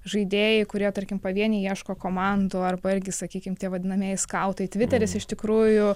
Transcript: žaidėjai kurie tarkim pavieniai ieško komandų arba irgi sakykim tie vadinamieji skautai tviteris iš tikrųjų